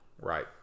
Right